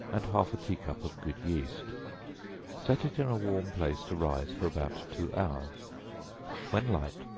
and half a tea-cup of good yeast set it in a warm place to rise for about two hours when light,